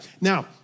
Now